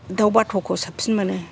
दावबाथ'खौ साबफिन मोनो